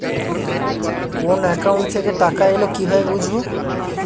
কোন একাউন্ট থেকে টাকা এল কিভাবে বুঝব?